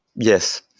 yes.